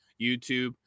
YouTube